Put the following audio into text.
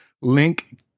Link